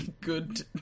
good